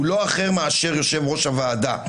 הוא לא אחר מאשר יושב-ראש הוועדה,